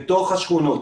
אל תוך השכונות,